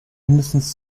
mindestens